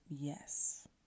Yes